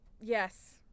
Yes